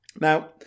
Now